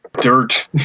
dirt